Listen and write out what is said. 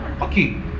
Okay